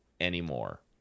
anymore